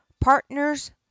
Partners